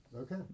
Okay